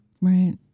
Right